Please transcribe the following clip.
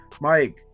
Mike